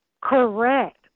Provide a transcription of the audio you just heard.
Correct